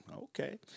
Okay